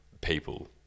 people